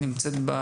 מייצגת את